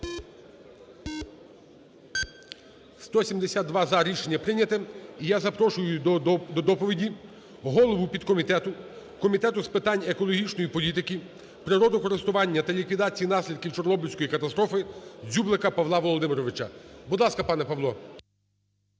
За-172 Рішення прийнято. І я запрошую до доповіді голову підкомітету Комітету з питань екологічної політики, природокористування та ліквідації наслідків Чорнобильської катастрофи Дзюблика Павла Володимировича. Будь ласка, пане Павло.